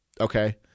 Okay